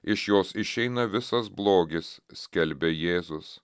iš jos išeina visas blogis skelbė jėzus